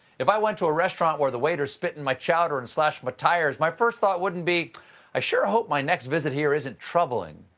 if i went to a restaurant where the waiter spit in my chowder, and slashed my but tires, my first thought wouldn't be i sure hope my next visit here isn't troubling.